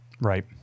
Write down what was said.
Right